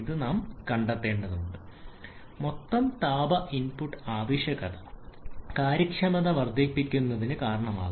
പുനരുജ്ജീവനത്തിൽ അതാണ് ചെയ്യുന്നത് അത് എക്സോസ്റ്റ് ചൂട് ഉപയോഗിക്കാനും അതുവഴി കുറയ്ക്കാനും അനുവദിക്കുന്നു മൊത്തം താപ ഇൻപുട്ട് ആവശ്യകത കാര്യക്ഷമത വർദ്ധിപ്പിക്കുന്നതിന് കാരണമാകുന്നു